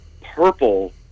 purple